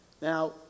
Now